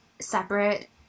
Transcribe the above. separate